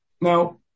Now